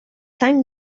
tan